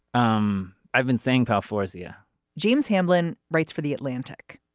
um i've been saying pow fawzia james hamblin writes for the atlantic.